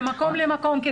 ממקום למקום,